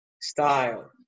style